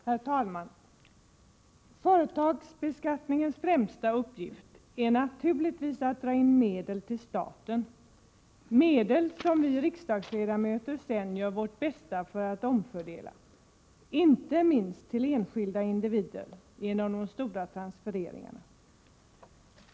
Herr talman! Företagsbeskattningens främsta uppgift är naturligtvis att dra in medel till staten, medel som vi riksdagsledamöter sedan gör vårt bästa för att omfördela — inte minst till enskilda individer genom de stora transfereringarna.